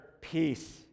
peace